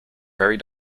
very